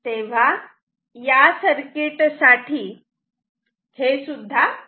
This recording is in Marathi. तेव्हा या सर्किट साठी हे सुद्धा सत्य आहे